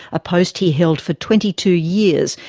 a post he held for twenty two years,